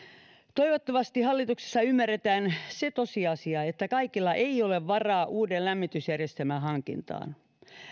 toivottavasti hallituksessa ymmärretään se tosiasia että kaikilla ei ole varaa uuden lämmitysjärjestelmän hankintaan